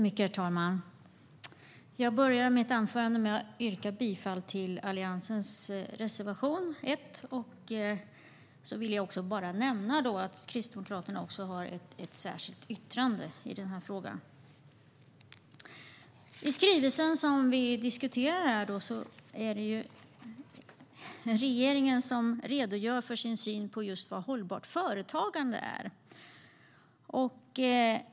Herr talman! Jag yrkar bifall till Alliansens reservation nr 1. Jag vill också nämna att Kristdemokraterna har ett särskilt yttrande. I skrivelsen som vi diskuterar redogör regeringen för sin syn på vad hållbart företagande är.